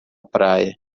praia